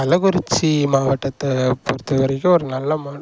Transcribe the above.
கள்ளக்குறிச்சி மாவட்டத்தை பொறுத்த வரைக்கும் ஒரு நல்ல மான்